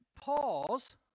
pause